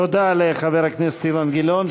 תודה לחבר הכנסת אילן גילאון,